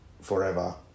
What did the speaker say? forever